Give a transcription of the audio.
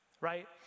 right